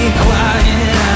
quiet